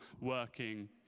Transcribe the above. working